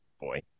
Boy